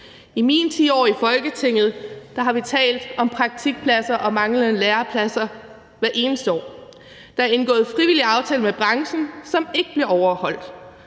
I mine 10 år i Folketinget har vi talt om praktikpladser og manglende lærepladser hvert eneste år. Der er indgået frivillige aftaler med branchen, som ikke bliver overholdt.